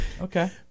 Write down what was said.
Okay